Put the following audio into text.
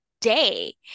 day